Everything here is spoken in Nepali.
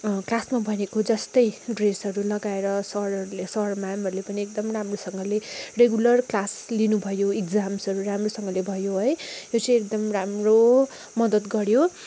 क्लासमा भनेको जस्तै ड्रेसहरू लगाएर सरहरूले सरम्यामहरूले पनि एकदम राम्रोसँगले रेगुलर क्लास लिनु भयो एक्जाम्सहरू राम्रोसँगले भयो है यो चाहिँ एकदम राम्रो मद्दत गऱ्यो